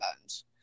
bones